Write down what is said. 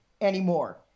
anymore